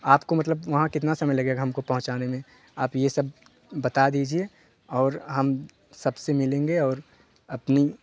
आपको मतलब वहाँ कितना समय लगेगा हमको पहुँचाने में आप ये सब बता दीजिए और हम सबसे मिलेंगे और अपनी